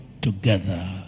together